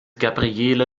gabriele